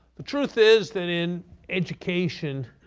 the truth is that in education,